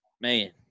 man